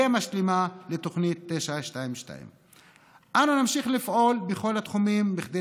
משלימה לתוכנית 922. אנו נמשיך לפעול בכל התחומים כדי